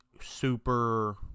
super